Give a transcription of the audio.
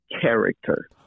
character